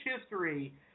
history